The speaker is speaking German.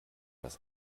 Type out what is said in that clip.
das